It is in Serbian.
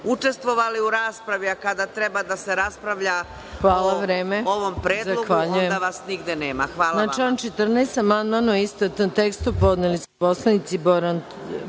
učestvovali u raspravi, a kada treba da se raspravlja o ovom predlogu, onda vas nigde nema. Hvala vama.